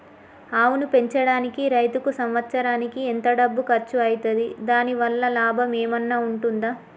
ఆవును పెంచడానికి రైతుకు సంవత్సరానికి ఎంత డబ్బు ఖర్చు అయితది? దాని వల్ల లాభం ఏమన్నా ఉంటుందా?